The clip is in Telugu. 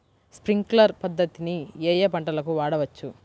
స్ప్రింక్లర్ పద్ధతిని ఏ ఏ పంటలకు వాడవచ్చు?